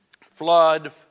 flood